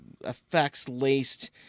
effects-laced